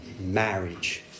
marriage